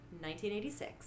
1986